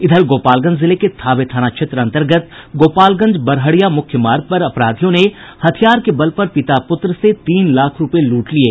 इधर गोपालगंज जिले के थावे थाना क्षेत्र अंतर्गत गोपालगंज बड़हरिया मुख्य मार्ग पर अपराधियों ने हथियार के बल पर पिता पुत्र से तीन लाख रूपये लूट लिये